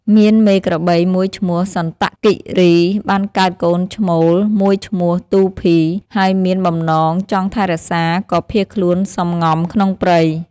មានមេក្របីមួយឈ្មោះ សន្តគិរី បានកើតកូនឈ្មោលមួយឈ្មោះ ទូភី ហើយមានបំណងចង់ថែរក្សាក៏ភៀសខ្លួនសំងំក្នុងព្រៃ។